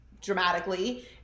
dramatically